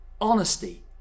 honesty